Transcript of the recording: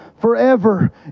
forever